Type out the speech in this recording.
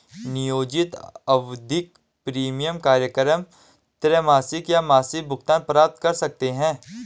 नियोजित आवधिक प्रीमियम कार्यक्रम त्रैमासिक या मासिक भुगतान प्रदान कर सकते हैं